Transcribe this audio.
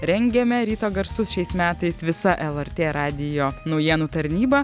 rengiame ryto garsus šiais metais visa lrt radijo naujienų tarnyba